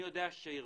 אני יודע שארגון